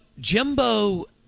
Jimbo